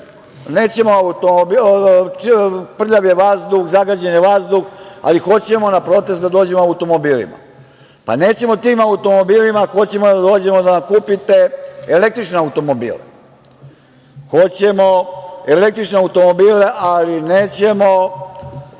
prljav je vazduh, zagađen je vazduh, ali hoćemo na protest da dođemo automobilima. Pa nećemo tim automobilima, hoćemo da dođemo, da nam kupite električne automobile. Hoćemo električne automobile, ali nećemo